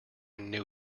knew